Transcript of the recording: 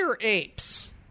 apes